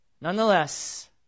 Nonetheless